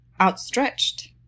outstretched